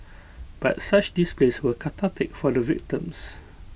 but such displays were cathartic for the victims